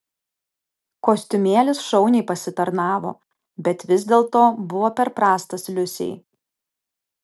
kostiumėlis šauniai pasitarnavo bet vis dėlto buvo per prastas liusei